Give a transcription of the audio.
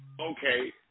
Okay